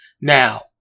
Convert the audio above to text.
Now